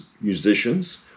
musicians